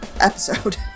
episode